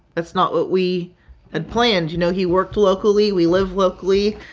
that's not what we had planned. you know, he worked locally. we live locally.